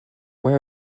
where